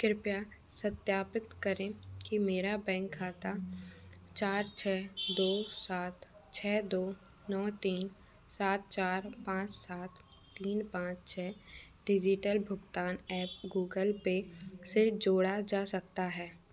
कृपया सत्यापित करें कि क्या मेरा बैंक खाता चार छः दो सात छः दो नौ तीन सात चार पाँच सात तीन पाँच छः डिज़िटल भुगतान ऐप गूगल पे से जोड़ा जा सकता है